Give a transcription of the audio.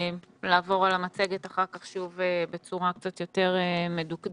לעבור על המצגת אחר כך שוב בצורה קצת יותר מדוקדקת.